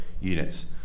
units